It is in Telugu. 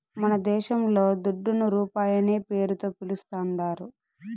మనదేశంల దుడ్డును రూపాయనే పేరుతో పిలుస్తాందారు